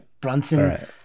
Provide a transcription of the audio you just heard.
Brunson